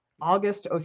August